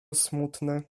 smutne